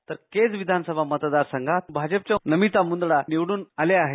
तर केज विधानसभा मतदारसंघात भाजपच्या नमिता म्रंदडा निवड्रन आल्या आहेत